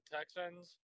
Texans